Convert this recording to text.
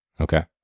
Okay